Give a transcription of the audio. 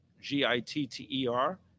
G-I-T-T-E-R